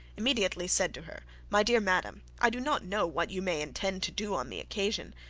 immediately said to her, my dear madam, i do not know what you may intend to do on the occasion,